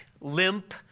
limp